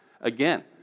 Again